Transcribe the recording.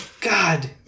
God